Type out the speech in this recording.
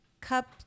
cup